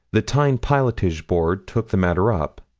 the tyne pilotage board took the matter up.